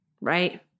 right